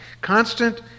constant